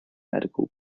medical